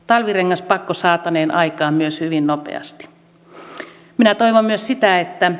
talvirengaspakko saataneen aikaan myös hyvin nopeasti minä toivon myös sitä että